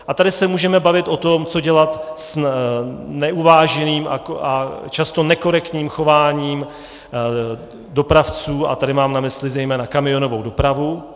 A tady se můžeme bavit o tom, co dělat s neuváženým a často nekorektním chováním dopravců a tady mám na mysli zejména kamionovou dopravu.